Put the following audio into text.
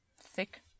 thick